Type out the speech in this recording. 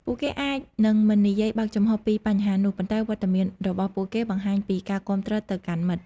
ពួកគេអាចនឹងមិននិយាយបើកចំហពីបញ្ហានោះ ប៉ុន្តែវត្តមានរបស់ពួកគេបង្ហាញពីការគាំទ្រទៅកាន់មិត្ត។